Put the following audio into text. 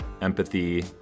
empathy